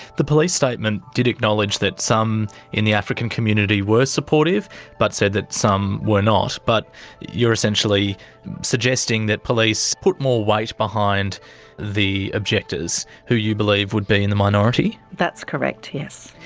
the police statement did acknowledge that some in the african community were supportive but said that some were not but you're essentially suggesting police put more weight behind the objectors who you believe would be in the minority? that's correct, yes.